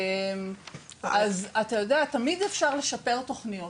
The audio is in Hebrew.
אתה יודע, תמיד אפשר לשפר תוכניות.